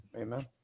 Amen